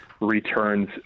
returns